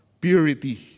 purity